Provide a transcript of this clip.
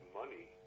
money